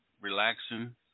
relaxing